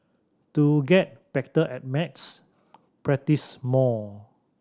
to get better at maths practise more